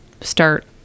start